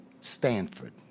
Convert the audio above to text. Stanford